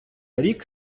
рік